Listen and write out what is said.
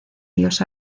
dios